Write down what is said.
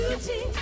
Beauty